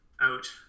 out